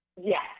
Yes